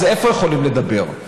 אז איפה יכולים לדבר?